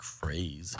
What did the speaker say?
crazy